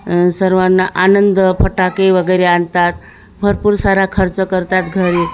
सर्वांना आनंद फटाके वगैरे आणतात भरपूर सारा खर्च करतात घरी